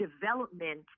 development